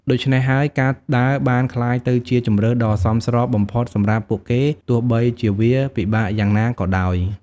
ដូច្នេះហើយការដើរបានក្លាយទៅជាជម្រើសដ៏សមស្របបំផុតសម្រាប់ពួកគេទោះបីជាវាពិបាកយ៉ាងណាក៏ដោយ។